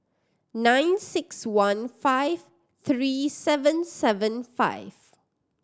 nine six one five three seven seven five